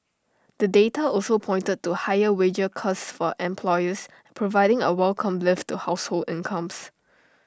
the data also pointed to higher wages costs for employers providing A welcome lift to household incomes